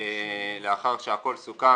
ולאחר שהכול סוכם